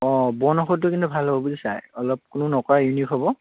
অঁ বন ঔষধটো কিন্তু ভাল হ'ব বুজিছা অলপ কোনো নকৰা ইউনিক হ'ব